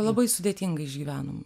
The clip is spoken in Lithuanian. labai sudėtinga išgyvenom